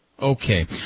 Okay